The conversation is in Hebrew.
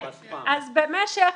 אז במשך